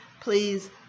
please